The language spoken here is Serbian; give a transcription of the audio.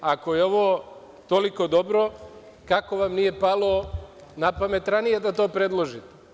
Ako je ovo toliko dobro, kako vam nije palo na pamet ranije da to predložite?